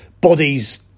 bodies